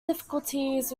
difficulties